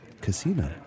casino